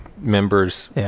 members